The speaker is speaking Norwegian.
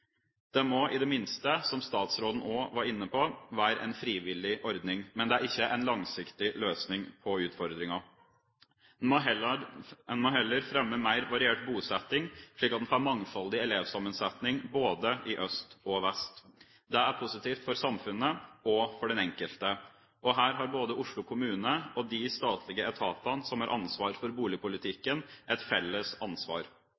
Det må i det minste – som statsråden også var inne på – være en frivillig ordning, men det er ikke en langsiktig løsning på utfordringen. Man må heller fremme mer variert bosetting, slik at man får en mangfoldig elevsammensetting både i øst og vest. Det er positivt for samfunnet, og for den enkelte. Her har både Oslo kommune og de statlige etatene som har ansvar for boligpolitikken, et felles ansvar.